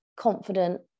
confident